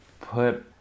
put